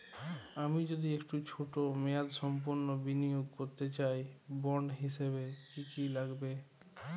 আমি যদি একটু ছোট মেয়াদসম্পন্ন বিনিয়োগ করতে চাই বন্ড হিসেবে কী কী লাগবে?